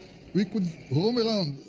we could roam and um